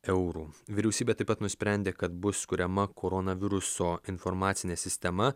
eurų vyriausybė taip pat nusprendė kad bus kuriama koronaviruso informacinė sistema